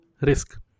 risk